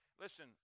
listen